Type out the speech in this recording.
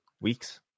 weeks